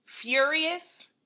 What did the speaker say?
furious